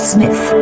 Smith